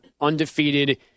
undefeated